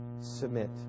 submit